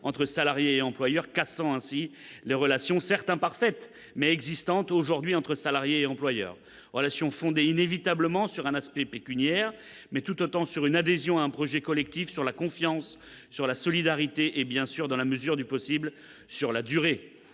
entre salariés et employeurs, cassant les relations existant aujourd'hui entre salariés et employeurs, certes imparfaites et fondées inévitablement sur un aspect pécuniaire, mais tout autant sur une adhésion à un projet collectif, sur la confiance, sur la solidarité et, bien sûr, dans la mesure du possible, sur la durée.